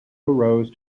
rose